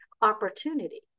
opportunity